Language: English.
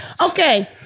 Okay